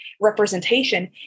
representation